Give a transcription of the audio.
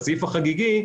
בסעיף החגיגי,